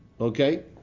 Okay